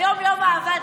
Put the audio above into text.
היום יום האהבה,